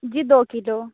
जी दो कीलो